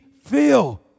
feel